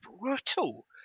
brutal